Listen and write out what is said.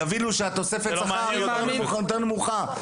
הם יבינו שתוספת השכר היא יותר נמוכה.